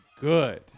good